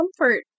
comfort